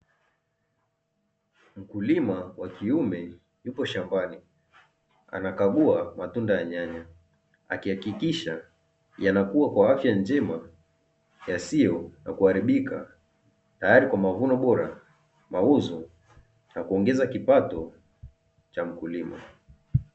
Mkulima wa kiume yupo shambani anakagua matunda ya nyanya, akihakikisha yanakua kwa afya njema yasiyo na kuharibaka, tayari kwa mavuno bora, mauzo na kuongeza kipato cha mkulima.